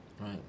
Right